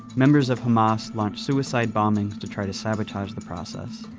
members of hamas launch suicide bombings to try to sabotage the process.